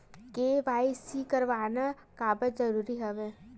KYC करवाना काबर जरूरी हवय?